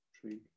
tree